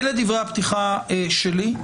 אלה דברי הפתיחה שלי.